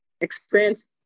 experience